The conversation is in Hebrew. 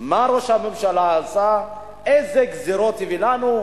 מה ראש הממשלה עשה, איזה גזירות הוא הביא לנו,